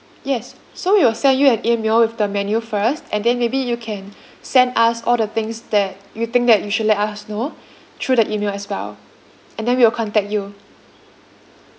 yes so we will send you an email with the menu first and then maybe you can send us all the things that you think that you should let us know through the email as well and then we will contact you